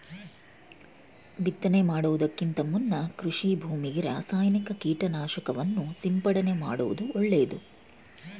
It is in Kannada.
ಬಿತ್ತನೆ ಮಾಡುವುದಕ್ಕಿಂತ ಮುನ್ನ ಕೃಷಿ ಭೂಮಿಗೆ ರಾಸಾಯನಿಕ ಕೀಟನಾಶಕವನ್ನು ಸಿಂಪಡಣೆ ಮಾಡುವುದು ಒಳ್ಳೆದು